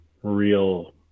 Real